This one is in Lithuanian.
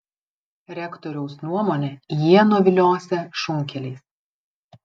rektoriaus nuomone jie nuviliosią šunkeliais